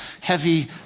heavy